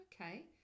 okay